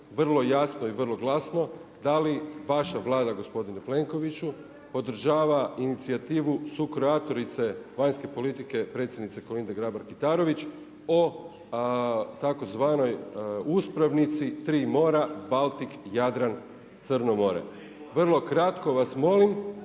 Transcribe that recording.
vrlo jasno i vrlo glasno da li vaša Vlada gospodine Plenkoviću podržava inicijativu sukreatorice vanjske politike predsjednike Kolinde Grabar Kitarović o tzv. uspravnici tri mora Baltik, Jadran, Crno more? Vrlo kratko vas molim.